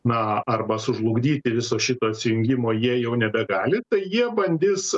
na arba sužlugdyti viso šito atsijungimo jie jau nebegali tai jie bandis